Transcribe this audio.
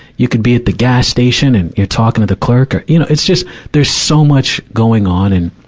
you could be at the gas station and you're talking to the clerk or, you know. it's just, there's so much going on and,